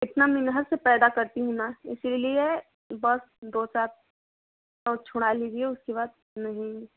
इतनी मेनहत से पैदा करती हूँ ना इसी लिए बस दो चार और छोड़ा लीजिए उसके बाद नहीं